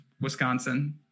Wisconsin